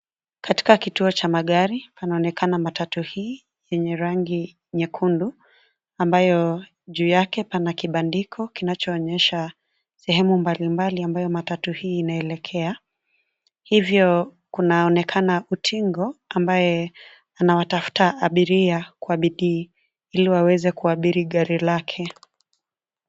Katika kituo cha magari panaonekana matatu hii yenye rangi nyekundu ambayo juu yake, pana kibandiko kinachoonyesha sehemu mbalimbali ambayo matatu hii inaelekea. Hivyo kunaonekana utingo, ambaye anawatafuta abiria kwa bidii ili waweze kuabiri gari lake.